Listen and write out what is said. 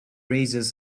raises